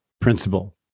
principle